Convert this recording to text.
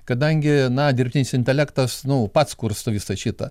kadangi na dirbtinis intelektas nu pats kursto visą šitą